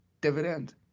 dividend